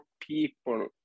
people